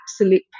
absolute